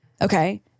Okay